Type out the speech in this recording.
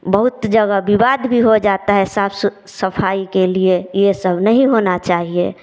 बहुत जगह विवाद भी हो जाता है साफ सफाई के लिए ये सब नहीं होना चाहिए